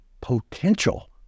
potential